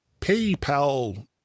PayPal